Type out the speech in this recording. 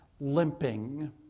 limping